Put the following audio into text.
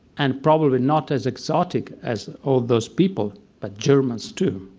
and probably not as exotic as all those people, but germans, too.